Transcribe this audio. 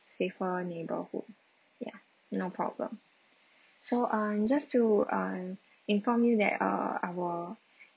safer neighbourhood ya no problem so um just to um inform you that err our